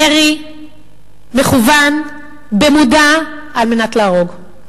ירי מכוון, במודע, על מנת להרוג.